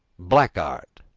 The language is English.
blackguard,